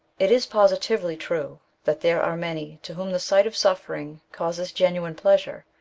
it is positively true that there are many to whom the sight of suffering causes genuine pleasure,